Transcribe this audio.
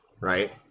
Right